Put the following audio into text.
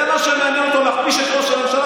זה מה שמעניין אותו להכפיש את ראש הממשלה.